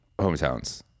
hometowns